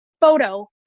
photo